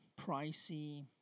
pricey